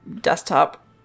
desktop